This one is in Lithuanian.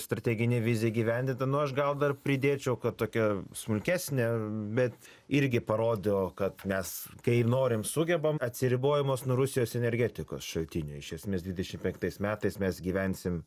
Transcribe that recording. strateginė vizija įgyvendinta nu aš gal dar pridėčiau kad tokia smulkesnė bet irgi parodo kad mes kai norim sugebam atsiribojimas nuo rusijos energetikos šaltinių iš esmės dvidešim penktais metais mes gyvensim